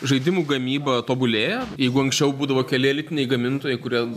žaidimų gamyba tobulėja jeigu anksčiau būdavo keli elitiniai gamintojai kurie